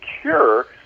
cure